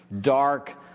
Dark